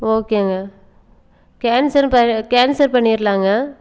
ஓகேங்க கேன்சரும் ப கேன்சல் பண்ணிடலாங்க